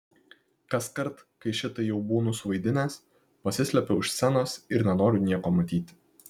kaskart kai šitai jau būnu suvaidinęs pasislepiu už scenos ir nenoriu nieko matyti